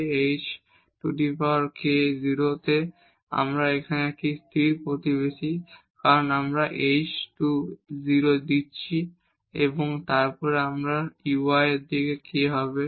Δ f h fx a bk fy a b12h2fxx2 hk fxyk2fkk a b H → 0 তে এখানে আমরা একটি still neighbourhood আমরা কারণ আমরা শুধু h → 0 দিচ্ছি এবং তারপর তারা y এর দিকে k হবে